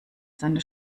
seine